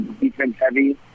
defense-heavy